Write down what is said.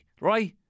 Right